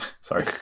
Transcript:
Sorry